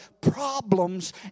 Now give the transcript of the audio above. problems